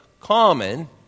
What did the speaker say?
common